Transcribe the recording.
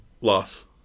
Loss